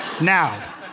Now